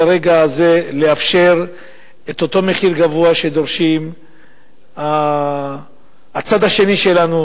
הרגע הזה לאפשר את אותו מחיר גבוה שדורשים הצד השני שלנו.